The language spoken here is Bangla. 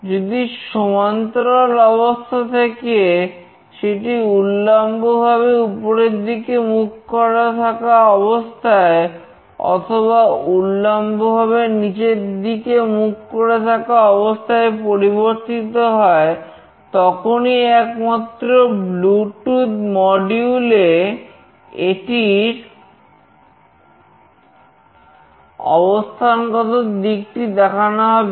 যদি সমান্তরাল অবস্থা থেকে সেটি উল্লম্বভাবে উপরের দিকে মুখ করে থাকা অবস্থায় অথবা উল্লম্বভাবে নিচের দিকে মুখ করে থাকা অবস্থায় পরিবর্তিত হয় তখনই একমাত্র ব্লুটুথ মডিউল এ এটির অবস্থানগত দিকটি দেখানো হবে